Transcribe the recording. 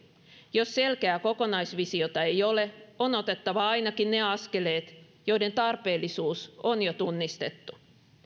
jos selkeää kokonaisvisiota ei ole on otettava ainakin ne askeleet joiden tarpeellisuus on jo tunnistettu